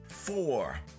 Four